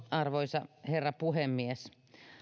arvoisa herra puhemies